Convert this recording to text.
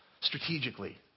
strategically